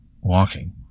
walking